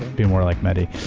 be more like mehdi.